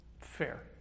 fair